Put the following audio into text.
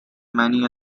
many